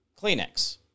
Kleenex